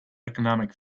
economic